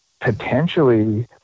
potentially –